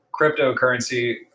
cryptocurrency